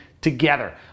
together